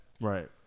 Right